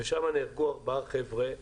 ושם נהרגו ארבעה חבר'ה,